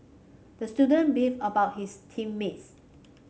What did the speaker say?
the student beefed about his team mates